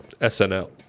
SNL